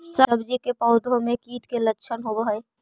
सब्जी के पौधो मे कीट के लच्छन होबहय?